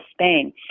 Spain